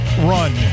run